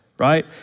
right